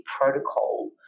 protocol